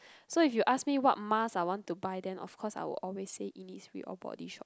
so if you ask me what mask I want to buy then of course I'd always say Innisfree or Body Shop